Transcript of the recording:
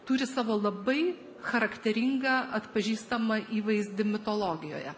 turi savo labai charakteringą atpažįstamą įvaizdį mitologijoje